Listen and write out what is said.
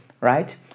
right